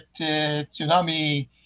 tsunami